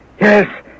Yes